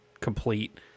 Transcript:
complete